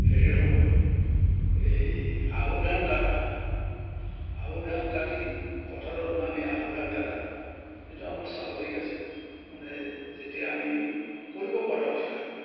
হেৰিৰ সময়ত এই আহু ধান কাটা আহু ধান কাটি পথাৰত নামি আহু ধান কাটা এইটো আমাৰ স্বাভাৱিক আছিল মানে যেতিয়া আমি কৰিব পৰা হৈছোঁ আৰু